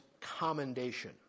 commendation